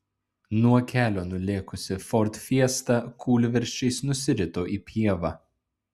nuo kelio nulėkusi ford fiesta kūlversčiais nusirito į pievą